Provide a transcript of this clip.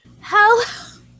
hello